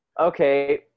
Okay